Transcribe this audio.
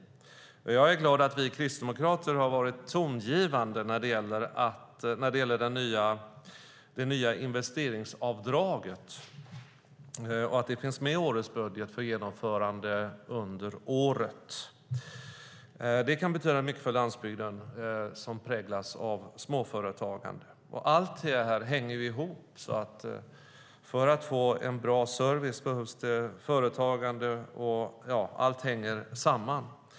Jag är glad att vi kristdemokrater har varit tongivande när det gäller det nya investeringsavdraget och att det finns med i årets budget för genomförande under året. Det kan betyda mycket för landsbygden, som präglas av småföretagande. Service och företagande hänger ihop. Allt hänger samman.